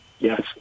Yes